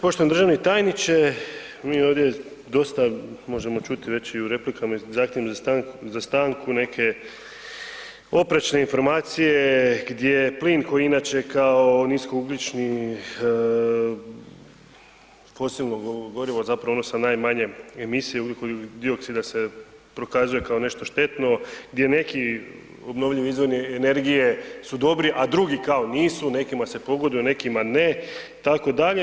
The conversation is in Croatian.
Poštovani državni tajniče, mi ovdje dosta možemo čuti već i u replikama i u zahtjevima za stanku neke oprečne informacije gdje plin koji inače kao nisko ugljični, fosilno gorivo, zapravo ono sa najmanje emisija ugljikovog dioksida se prokazuje kao nešto štetno, gdje neki obnovljivi izvori energije su dobri a drugi kao nisu, nekima se pogoduje, nekima ne, tako dalje.